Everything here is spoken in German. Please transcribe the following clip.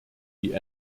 die